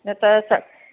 न त स